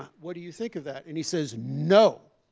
what do you think of that? and he says, no.